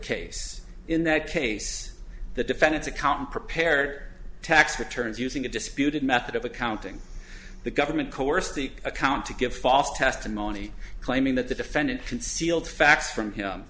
case in that case the defendant's account prepared tax returns using a disputed method of accounting the government coerced the account to give false testimony claiming that the defendant concealed facts from him